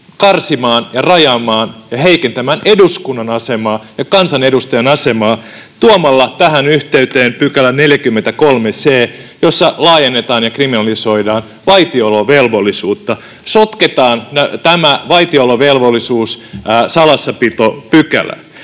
karsimaan, rajaamaan ja heikentämään eduskunnan asemaa ja kansanedustajan asemaa tuomalla tähän yhteyteen 43 c §:n, jossa laajennetaan ja kriminalisoidaan vaitiolovelvollisuutta, sotketaan tämä vaitiolovelvollisuus salassapitopykälään.